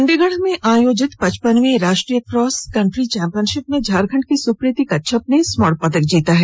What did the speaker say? चंडीगढ़ में आयोजित पचपनवीं राष्ट्रीय क्रॉस कंट्री चैंपियनशिप में झारखंड की सुप्रीति कच्छप ने स्वर्ण पदक जीता है